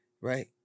right